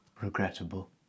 Regrettable